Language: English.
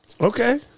Okay